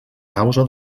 causa